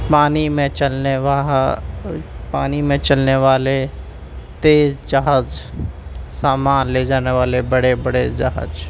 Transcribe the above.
پانی میں چلنے واہا پانی میں چلنے والے تیز جہاز سامان لے جانے والے بڑے بڑے جہاز